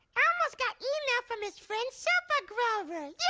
elmo's got email from his friend, super grover.